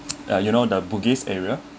uh you know the bugis area